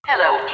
Hello